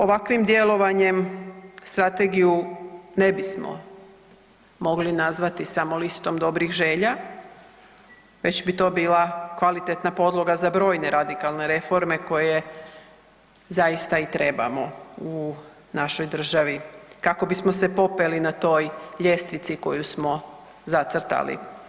Ovakvim djelovanjem strategiju ne bismo mogli nazvati samo listom dobrih želja već bi to bila kvalitetna podloga za brojne radikalne reforme koje zaista i trebamo u našoj državi kako bismo se popeli na toj ljestvici koju smo zacrtali.